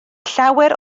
llawer